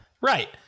right